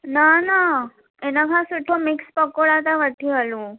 न न इनखां सुठो मिक्स पकोड़ा था वठी हलूं